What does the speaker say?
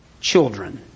children